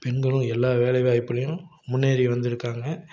பெண்களும் எல்லா வேலைவாய்ப்புலையும் முன்னேறி வந்துருக்காங்க